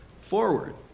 forward